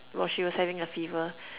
while she was having a fever